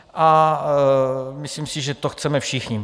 A myslím si, že to chceme všichni.